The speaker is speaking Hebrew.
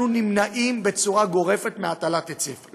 אנחנו נמנעים בצורה גורפת מהטלת היטל היצף,